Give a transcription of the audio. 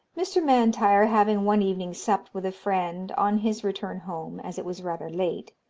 mr. m'intyre having one evening supped with a friend, on his return home, as it was rather late,